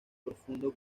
profundo